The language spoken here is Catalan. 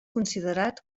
considerat